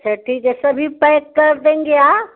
अच्छा ठीक है सभी पैक कर देंगे आप